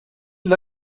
dla